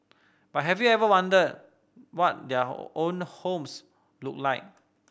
but have you ever wondered what their own homes look like